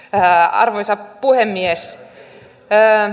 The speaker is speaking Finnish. arvoisa puhemies